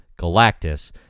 Galactus